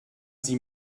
sie